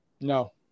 No